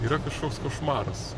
yra kažkoks košmaras